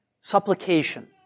Supplication